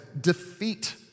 defeat